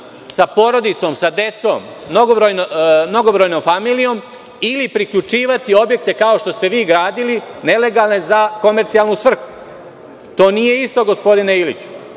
porodice, deca, mnogobrojna familija ili priključivati objekte kao što ste vi gradili nelegalne za komercijalnu svrhu? To nije isto gospodine Iliću.